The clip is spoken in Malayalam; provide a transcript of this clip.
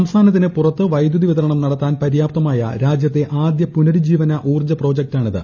സംസ്ഥാനത്തിന് പുറത്ത് വൈദ്യുതി വിതരണം നടത്താൻ പര്യാപ്തമായ രാജ്യത്തെ ആദ്യ പുനരുജ്ജീവന ഉൌർജ്ജ പ്രോജക്ടാണിത്